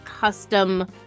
custom